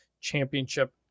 championship